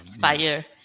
fire